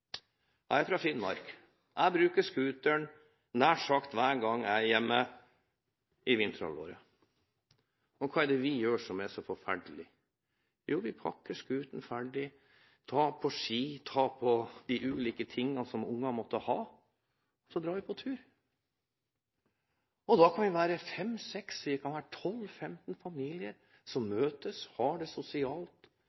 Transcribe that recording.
Jeg er fra Finnmark. Jeg bruker scooteren nær sagt hver gang jeg er hjemme i vinterhalvåret. Hva er det vi gjør som er så forferdelig? Jo, vi pakker scooteren ferdig, med ski og de ulike tingene som ungene må ha. Så drar vi på tur. Da kan vi være fra fem til femten familier som